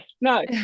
no